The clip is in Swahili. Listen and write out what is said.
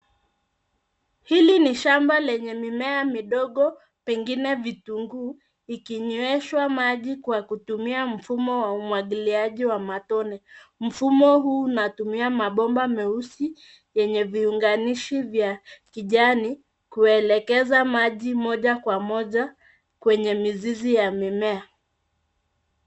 Hili ni shamba lenye mimea midogo pengine kitunguu ikinyweshwa maji kwa kutumia mfumo wa umwangiliaji wa matone. Mfumo huu unatumia mabomba meusi yenye viunganishi vya kijani kuelekeza maji moja kwa moja kwenye mizizi ya mimea.